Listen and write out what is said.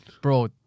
Bro